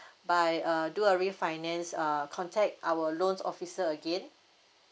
by uh do a refinance err contact our loan officer again